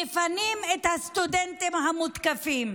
מפנים את הסטודנטים המותקפים.